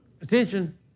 Attention